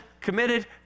committed